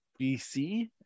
BC